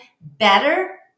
better